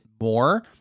more